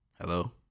Hello